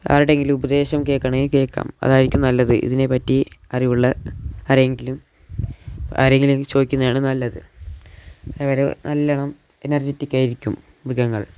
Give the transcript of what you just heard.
ആരുടെയെങ്കിലും ഉപദേശം കേൾക്കണമെങ്കിൽ കേൾക്കാം അതായിരിക്കും നല്ലത് ഇതിനെ പറ്റി അറിവുള്ള ആരെങ്കിലും ആരെങ്കിലും ചോദിക്കുന്നതാണ് നല്ലത് അതുവരെ നല്ലോണം എനർജെറ്റിക് ആയിരിക്കും മൃഗങ്ങൾ